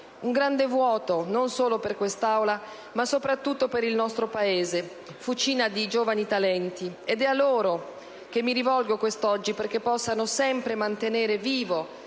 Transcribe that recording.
un grande vuoto, non solo per quest'Aula, ma soprattutto per il nostro Paese, fucina di giovani talenti. Ed è a loro che mi rivolgo quest'oggi, perché possano sempre mantenere vivo